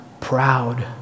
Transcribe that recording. proud